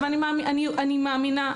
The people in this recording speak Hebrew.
אני מאמינה.